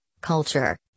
culture